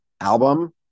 album